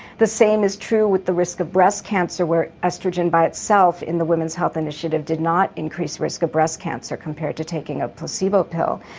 the same is true with the risk of breast cancer where oestrogen by itself in the women's health initiative did not increase the risk of breast cancer compared to taking a placebo pill,